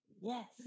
Yes